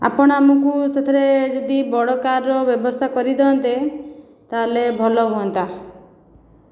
ଆପଣ ଆମକୁ ସେଥିରେ ଯଦି ବଡ଼ କାର୍ର ବ୍ୟବସ୍ଥା କରିଦିଅନ୍ତେ ତା'ହେଲେ ଭଲ ହୁଅନ୍ତା